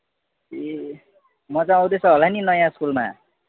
ए मजा आउँदैछ होला नि नयाँ स्कुलमा